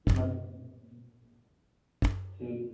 نہَ ٹھیٖک